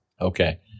Okay